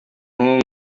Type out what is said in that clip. yabyaye